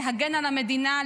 להגן על המדינה,